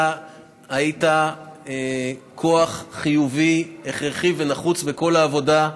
אתה היית כוח חיובי, הכרחי ונחוץ בכל העבודה.